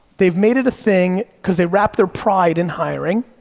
they've made it a thing cause they wrap their pride in hiring,